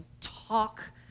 talk